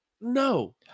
no